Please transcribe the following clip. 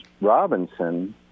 Robinson